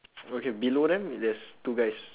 okay below them there's two guys